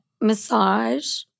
massage—